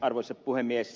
arvoisa puhemies